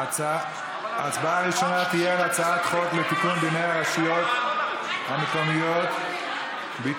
ההצעה הראשונה תהיה על הצעת חוק לתיקון דיני הרשויות המקומיות (ביטול